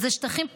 אלה שטחים פתוחים,